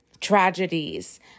tragedies